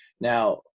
Now